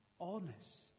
honest